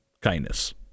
kindness